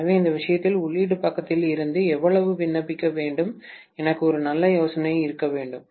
எனவே எந்த விஷயத்தில் உள்ளீட்டு பக்கத்தில் இருந்து எவ்வளவு விண்ணப்பிக்க வேண்டும் எனக்கு ஒரு நல்ல யோசனை இருக்க வேண்டும்